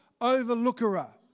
overlooker